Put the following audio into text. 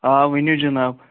آ ؤنِو جناب